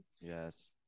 yes